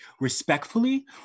respectfully